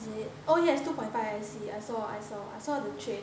isn't it oh yes two point five I see I saw I saw I saw the trade